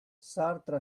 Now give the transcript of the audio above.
sartre